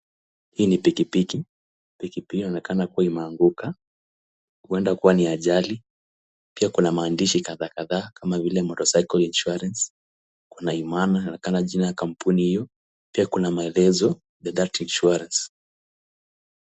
Hii ni pikipiki. Pikipiki hii inaonekana kuwa imeanguka, huenda kuwa ni ajali, pia kuna maandishi kadhaa kadhaa kama vile motorcycle insurance .Kuna Imana inaonekana jina ya kampuni hiyo. Pia kuna maelezo ya that insurance .